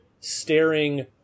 staring